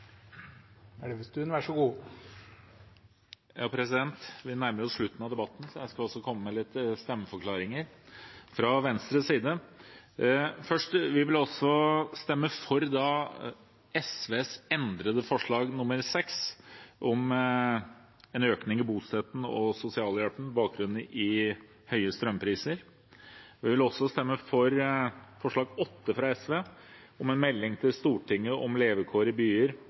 Vi nærmer oss slutten av debatten, så jeg skal komme med noen stemmeforklaringer fra Venstres side. Vi vil stemme for SVs endrede forslag nr. 6, om en økning i bostøtten og sosialhjelpen med bakgrunn i høye strømpriser. Vi vil også stemme for forslag nr. 8, fra SV, om en melding til Stortinget om levekår i byer,